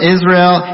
Israel